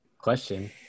Question